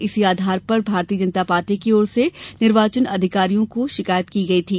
इसी आधार पर भारतीय जनता पार्टी की ओर से निर्वाचन अधिकारी को शिकायत की गई थी